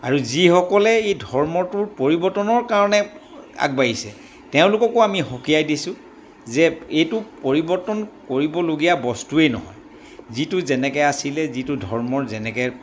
আৰু যিসকলে এই ধৰ্মটোৰ পৰিৱৰ্তনৰ কাৰণে আগবাঢ়িছে তেওঁলোককো আমি সকীয়াই দিছোঁ যে এইটো পৰিৱৰ্তন কৰিবলগীয়া বস্তুৱেই নহয় যিটো যেনেকৈ আছিলে যিটো ধৰ্মৰ যেনেকৈ